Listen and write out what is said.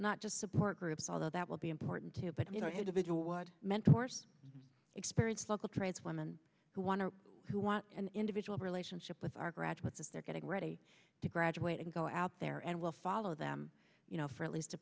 not just support groups although that will be important too but you know i had a visual mentors experience local trades women who want to who want an individual relationship with our graduates as they're getting ready to graduate and go out there and we'll follow them you know for at least a